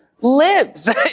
lives